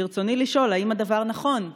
ברצוני לשאול: 1. האם הדבר הנכון?